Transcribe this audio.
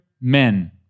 men